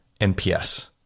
NPS